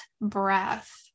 breath